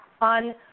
On